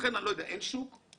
לכן אני לא יודע, אין שוק לזה?